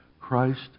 Christ